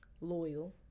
Loyal